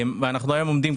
אנחנו היום עומדים,